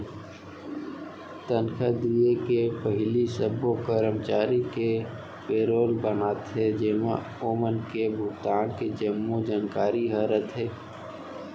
तनखा दिये के पहिली सब्बो करमचारी के पेरोल बनाथे जेमा ओमन के भुगतान के जम्मो जानकारी ह रथे